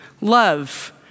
love